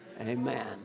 Amen